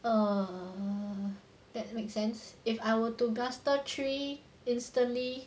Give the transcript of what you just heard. um that make sense if I were to master three instantly